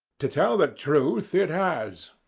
to tell the truth, it has,